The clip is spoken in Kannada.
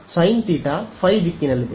ಸೈನ್ ಥೀಟಾ ಫೈ ದಿಕ್ಕಿನಲ್ಲಿದೆ